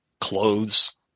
clothes